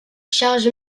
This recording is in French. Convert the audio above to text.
charge